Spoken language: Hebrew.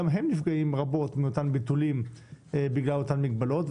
גם הם נפגעים רבות מאותם ביטולים בגלל אותן מגבלות,